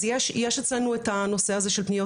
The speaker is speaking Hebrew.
אז יש אצלנו את הנושא הזה של פניות